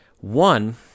one